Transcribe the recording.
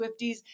swifties